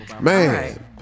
Man